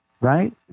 right